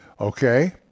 Okay